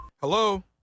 Hello